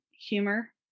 humor